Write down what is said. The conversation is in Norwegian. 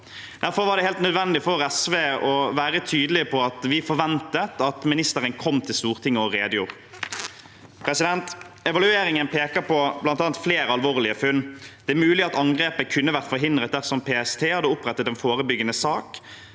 Derfor var det helt nødvendig for SV å være tydelig på at vi forventet at ministeren kom til Stortinget og redegjorde. Evalueringen peker på flere alvorlige funn. Det er mulig at angrepet kunne vært forhindret dersom PST hadde opprettet en forebyggende sak.